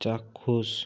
চাক্ষুষ